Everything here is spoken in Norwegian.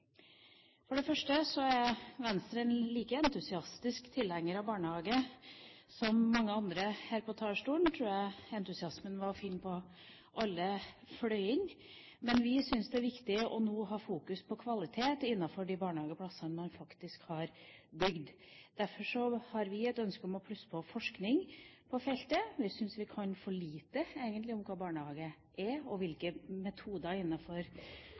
For det første er Venstre en like entusiastisk tilhenger av barnehage som mange andre her på talerstolen. Jeg tror entusiasmen er å finne på alle fløyene, men vi syns det nå er viktig å ha fokus på kvalitet innenfor de barnehageplassene man faktisk har bygd. Derfor har vi et ønske om å plusse på forskning på feltet. Vi syns egentlig vi kan for lite om hva barnehage er, og hvilke metoder